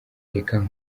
reka